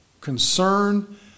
concern